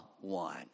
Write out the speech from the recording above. one